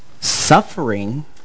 Suffering